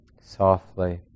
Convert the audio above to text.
softly